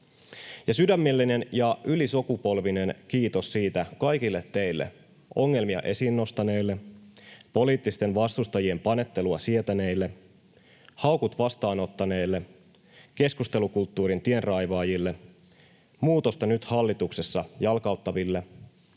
sydämellinen ja ylisukupolvinen kiitos kaikille teille ongelmia esiin nostaneille, poliittisten vastustajien panettelua sietäneille, haukut vastaanottaneille, keskustelukulttuurin tienraivaajille, muutosta nyt hallituksessa jalkauttaville